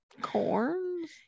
Corns